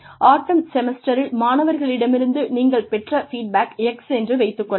ஆட்டம் செமஸ்டரில் மாணவர்களிடமிருந்து நீங்கள் பெற்ற ஃபீட்பேக் X என்று வைத்துக் கொள்வோம்